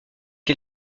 est